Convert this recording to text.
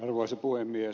arvoisa puhemies